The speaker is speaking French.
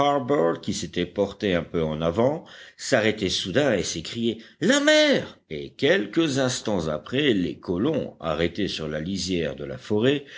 qui s'était porté un peu en avant s'arrêtait soudain et s'écriait la mer et quelques instants après les colons arrêtés sur la lisière de la forêt